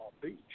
Beach